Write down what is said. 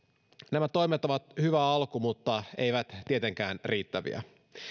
nämä toimet ovat hyvä alku mutta eivät tietenkään riittäviä